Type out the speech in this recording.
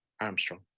Armstrong